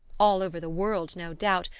all over the world, no doubt,